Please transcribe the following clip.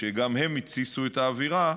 שגם הם התסיסו את האווירה,